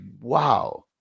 wow